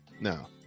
no